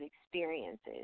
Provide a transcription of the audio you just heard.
experiences